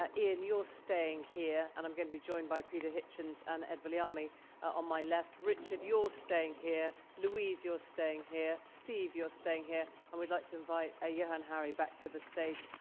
ah ian you're staying here, and i'm going to be joined by peter hitchens and ed vouliami on my left. richard you're staying here, louise you're staying here, steve you're staying here, and we'd like invite ah johann hari back to the stage.